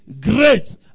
great